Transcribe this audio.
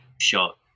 shot